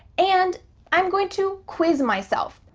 and i'm going to quiz myself.